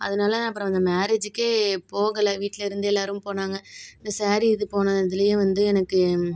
அதனால் அப்புறம் அந்த மேரேஜுக்கே போகலை வீட்டிலருந்து எல்லோரும் போனாங்க இந்த சாரீ இது போனதில் வந்து எனக்கு